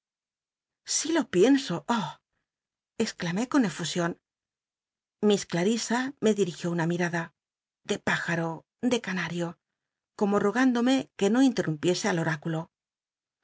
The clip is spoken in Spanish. si lo pienso ah exclamé con cfusion miss clarisa me dirijió una mi rada de pájaro de canal'io como rog índomc que no interrumpiese al oráculo